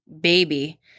baby